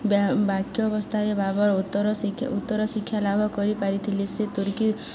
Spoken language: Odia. ବାକ୍ୟ ଅବସ୍ଥାରେ ବାବର ଉତ୍ତର ଶିକ୍ଷା ଉତ୍ତର ଶିକ୍ଷା ଲାଭ କରିପାରିଥିଲେ ସେ ତୁର୍କି